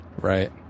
Right